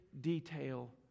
detail